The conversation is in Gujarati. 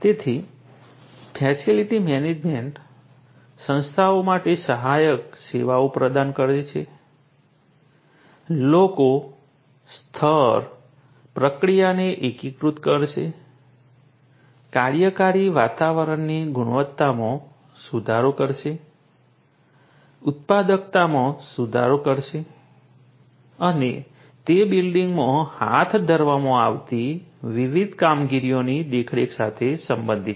તેથી ફેસિલિટી મેનેજમેન્ટ સંસ્થાઓ માટે સહાયક સેવાઓ પ્રદાન કરશે લોકો સ્થળ પ્રક્રિયાને એકીકૃત કરશે કાર્યકારી વાતાવરણની ગુણવત્તામાં સુધારો કરશે ઉત્પાદકતામાં સુધારો કરશે અને તે બિલ્ડિંગમાં હાથ ધરવામાં આવતી વિવિધ કામગીરીઓની દેખરેખ સાથે સંબંધિત છે